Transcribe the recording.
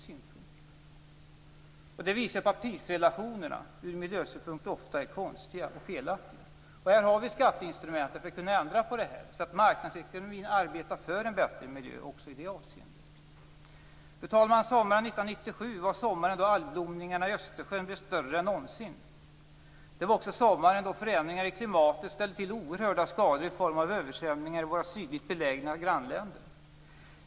Detta visar på att prisrelationerna från miljösynpunkt ofta är konstiga och felaktiga. Men vi har ju skatteinstrumentet för att kunna ändra på detta, så att marknadsekonomin arbetar för en bättre miljö också i det avseendet. Fru talman! Sommaren 1997 var sommaren då algblomningarna i Östersjön blev större än någonsin. Det var också sommaren då förändringar i klimatet ställde till oerhörda skador i form av översvämningar i våra sydligt belägna grannländer.